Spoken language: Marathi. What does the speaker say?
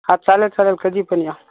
हा चालेल चालेल कधी पण या